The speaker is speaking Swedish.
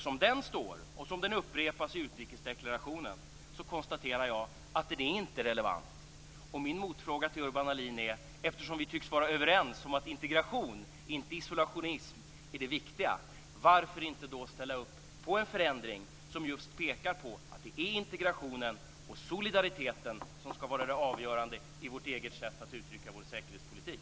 Som den står och som den upprepas i utrikesdeklarationen konstaterar jag att den inte är relevant. Min motfråga till Urban Ahlin är: Eftersom vi tycks vara överens om att integration, inte isolationism, är det viktiga, varför då inte ställa upp på en förändring som just pekar på att det är integrationen och solidariteten som skall vara det avgörande i vårt eget sätt att uttrycka vår säkerhetspolitik?